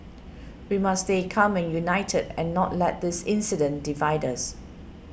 we must stay calm and united and not let this incident divide us